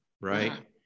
Right